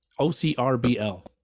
OCRBL